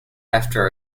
after